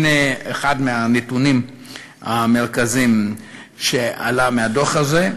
הנה אחד הנתונים המרכזיים שעלה מהדוח הזה,